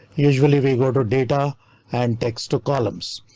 usually we go to data and text to columns,